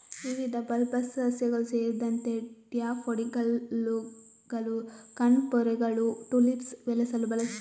ವಿವಿಧ ಬಲ್ಬಸ್ ಸಸ್ಯಗಳು ಸೇರಿದಂತೆ ಡ್ಯಾಫೋಡಿಲ್ಲುಗಳು, ಕಣ್ಪೊರೆಗಳು, ಟುಲಿಪ್ಸ್ ಬೆಳೆಸಲು ಬಳಸುತ್ತಾರೆ